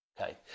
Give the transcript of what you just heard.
Okay